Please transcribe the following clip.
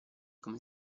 come